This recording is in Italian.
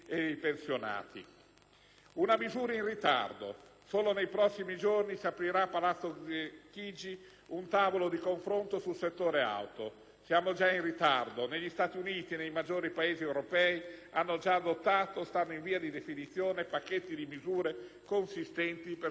Una misura in ritardo. Solo nei prossimi giorni si aprirà a Palazzo Chigi un tavolo di confronto sul settore dell'auto. Siamo già in ritardo, negli Stati Uniti e nei maggiori Paesi europei hanno già adottato o stanno in via di definizione pacchetti di misure consistenti per sostenere questo settore,